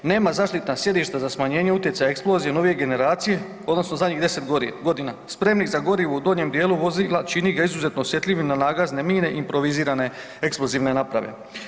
Nema zaštitna sjedišta za smanjenje utjecaja eksplozija nove generacije odnosno zadnjih 10 g., spremnik za gorivo u donjem dijelu vozila čini ga izuzetno osjetljivim na nagazne mine improvizirane eksplozivne naprave.